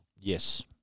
Yes